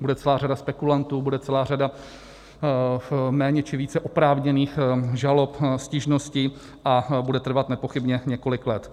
Bude celá řada spekulantů, bude celá řada méně či více oprávněných žalob, stížností a bude trvat nepochybně několik let.